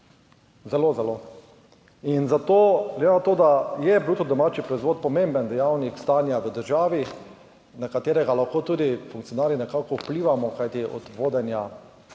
zelo, zelo. In zato glede na to, da je bruto domači proizvod pomemben dejavnik stanja v državi, na katerega lahko tudi funkcionarji nekako vplivamo, kajti od vodenja